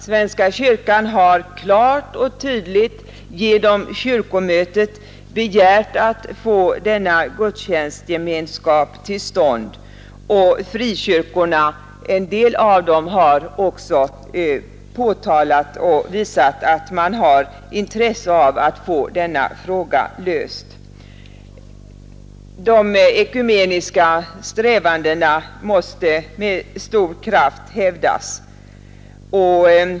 Svenska kyrkan har genom kyrkomötet klart och tydligt begärt att få till stånd denna gudstjänstgemenskap, och en del av frikyrkorna har också visat att de har intresse av att få denna fråga löst. De ekumeniska strävandena måste med stor kraft hävdas.